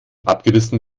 abgerissen